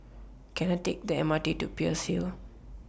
Can I Take The MRT to Peirce Hill